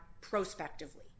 prospectively